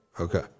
Okay